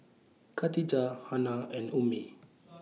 Khadija Hana and Ummi